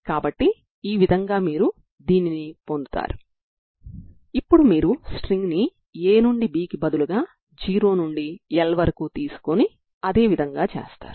కాబట్టి n2n1224L2 లు మీ ఐగెన్ విలువలు మరియు nxcos 2n1πx2L లు వాటికి అనుబంధంగా ఉన్న ఐగెన్ ఫంక్షన్లు అవుతాయి